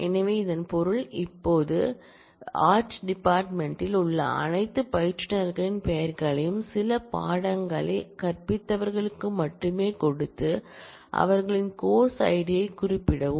எனவே இதன் பொருள் இப்போது கலைத்டிபார்ட்மென்ட் யில் உள்ள அனைத்து பயிற்றுனர்களின் பெயர்களையும் சில பாடங்களை கற்பித்தவர்களுக்கு மட்டுமே கொடுத்து அவர்களின் course id யைக் குறிப்பிடவும்